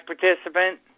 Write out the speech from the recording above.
participant